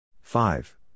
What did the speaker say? Five